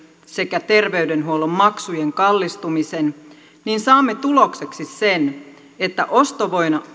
sekä terveydenhuollon maksujen kallistumisen niin saamme tulokseksi sen että ostovoiman